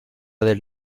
del